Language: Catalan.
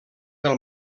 del